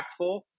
impactful